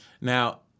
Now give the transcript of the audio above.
Now